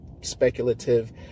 speculative